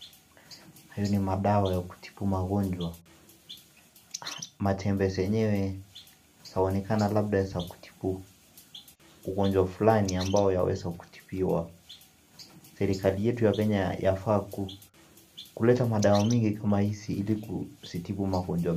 Hayo ni madawa ya kutibu magonjwa. Matembe zenyewe zaonekana labda za kutibu ugonjwa fulani ambayo yaweza kutibiwa. Serikali yetu ya Kenya yafaa kuleta madawa mingi kama hizi, ili kuzitibu magonjwa mengi.